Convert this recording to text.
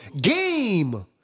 Game